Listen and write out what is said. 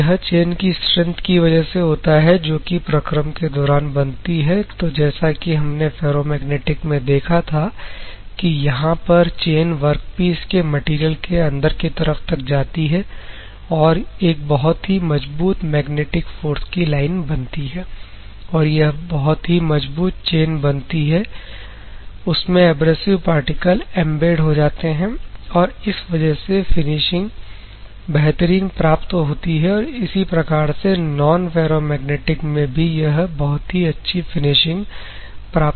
तो यह चैन की स्ट्रेंथ की वजह से होता है जो कि प्रक्रम के दौरान बनती है तो जैसा कि हमने फेरोमैग्नेटिक में देखा था कि यहां पर चैन वर्कपीस के मटेरियल के अंदर की तरफ तक जाती है और एक बहुत ही मजबूत मैग्नेटिक फोर्स की लाइन बनती है और बहुत ही मजबूत चैन बनती है उसमें एब्रेसिव पार्टिकल एंबेड हो जाते हैं और इस वजह से फिनिशिंग बेहतरीन प्राप्त होती है और इसी प्रकार से नॉन फेरोमैग्नेटिक में भी यह बहुत ही अच्छी फिनिशिंग प्राप्त होती है